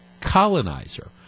colonizer